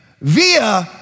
via